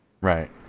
Right